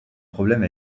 problème